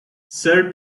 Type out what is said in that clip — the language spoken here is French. seule